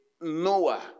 Noah